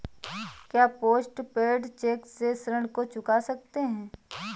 क्या post paid cheque से ऋण को चुका सकते हैं?